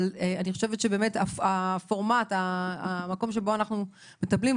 אבל אני חושבת שהמקום שבו אנחנו מטפלים,